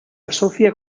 asocia